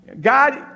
God